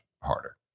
harder